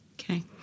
Okay